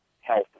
health